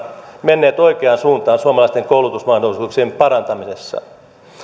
menneet oikeaan suuntaan suomalaisten koulutusmahdollisuuksien parantamisessa